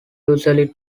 usually